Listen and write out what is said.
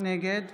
נגד